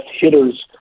hitters